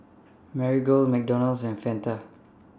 Marigold McDonald's and Fanta